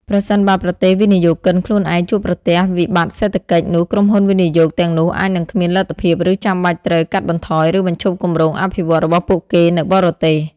ប្រសិនបើប្រទេសវិនិយោគិនខ្លួនឯងជួបប្រទះ វិបត្តិសេដ្ឋកិច្ច នោះក្រុមហ៊ុនវិនិយោគទាំងនោះអាចនឹងគ្មានលទ្ធភាព ឬចាំបាច់ត្រូវ កាត់បន្ថយ ឬបញ្ឈប់គម្រោងអភិវឌ្ឍន៍ របស់ពួកគេនៅបរទេស។